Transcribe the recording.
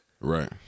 Right